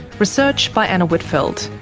research by anna whitfeld,